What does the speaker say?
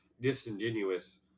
disingenuous